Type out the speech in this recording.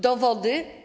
Dowody?